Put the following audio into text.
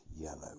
yellow